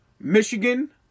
Michigan